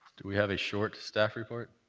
do we have a short staff report?